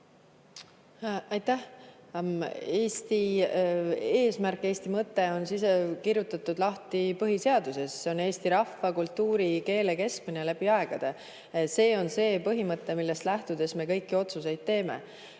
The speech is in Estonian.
Aitäh! Eesti eesmärk ja Eesti mõte on kirjutatud lahti põhiseaduses. See on eesti rahvuse, kultuuri ja keele kestmine läbi aegade. See on see põhimõte, millest lähtudes me kõiki otsuseid teeme.